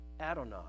Adonai